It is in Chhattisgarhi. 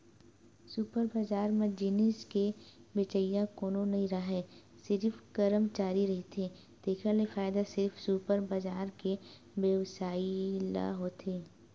सुपर बजार म जिनिस के बेचइया कोनो नइ राहय सिरिफ करमचारी रहिथे तेखर ले फायदा सिरिफ सुपर बजार के बेवसायी ल होथे